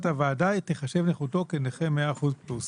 הוועדה תיחשב נכותו כנכה 100% פלוס.